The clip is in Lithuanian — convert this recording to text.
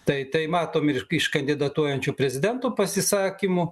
tai tai matom ir iš kandidatuojančių prezidentų pasisakymų